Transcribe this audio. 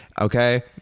Okay